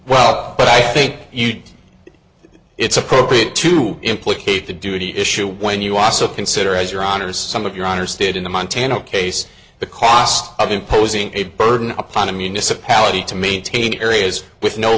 well but i think it's appropriate to implicate the duty issue when you also consider as your honour's some of your honor student in montana case the cost of imposing a burden upon a municipality to maintain areas with no